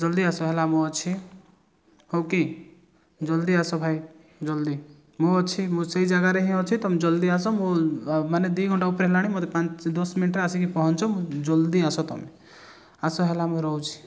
ଜଲ୍ଦି ଆସ ହେଲା ମୁଁ ଅଛି ଓକେ ଜଲ୍ଦି ଆସ ଭାଇ ଜଲ୍ଦି ମୁଁ ଅଛି ମୁଁ ସେଇ ଜାଗାରେ ହିଁ ଅଛି ତମେ ଜଲ୍ଦି ଆସ ମୁଁ ମାନେ ଦୁଇ ଘଣ୍ଟା ଉପରେ ହେଲାଣି ମୋତେ ପାଞ୍ଚ ଦଶମିନିଟ୍ରେ ଆସକି ପହଞ୍ଚ ଜଲ୍ଦି ଆସ ତମେ ଆସ ହେଲା ମୁଁ ରହୁଛି